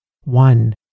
one